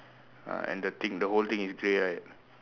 uh and the thing the whole thing is grey right